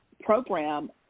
program